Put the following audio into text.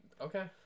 okay